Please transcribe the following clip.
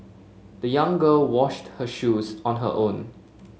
the young girl washed her shoes on her own